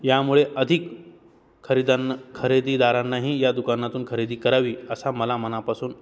यामुळे अधिक खरेदानना खरेदीदारांनाही या दुकानातून खरेदी करावी असा मला मनापासून